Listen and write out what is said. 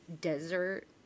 desert